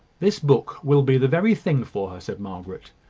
this book will be the very thing for her, said margaret.